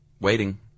waiting